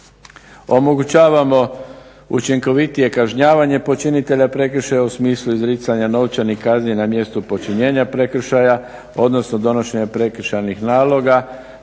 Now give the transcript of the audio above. Omogućavamo učinkovitije kažnjavanje počinitelja prekršaja u smislu izricanja novčanih kazni na mjestu počinjenja prekršaja, odnosno donošenja prekršajnih naloga